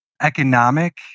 economic